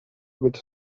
with